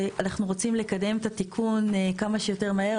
אנחנו רוצים לקדם את התיקון כמה שיותר מהר,